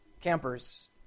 Campers